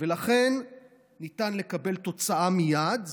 ניתן לקבל תוצאה מייד.